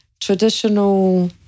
traditional